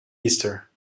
easter